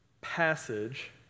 passage